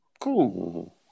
Cool